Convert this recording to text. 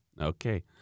Okay